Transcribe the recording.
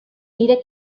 nire